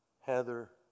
Heather